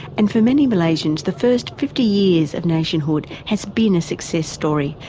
and for many malaysians, the first fifty years of nationhood has been a success story.